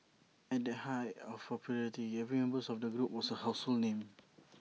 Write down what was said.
at the height of their popularity every members of the group was A household name